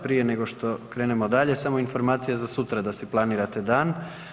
Prije nego što krenemo dalje samo informacija za sutra da si planirate dan.